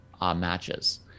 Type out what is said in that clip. matches